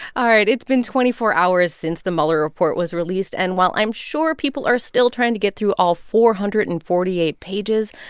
all right. it's been twenty four hours since the mueller report was released. and while i'm sure people are still trying to get through all four hundred and forty eight pages,